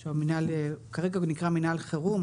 שכרגע נקרא "מינהל חירום",